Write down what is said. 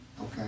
Okay